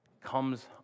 comes